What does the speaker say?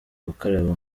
gukaraba